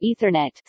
Ethernet